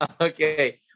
okay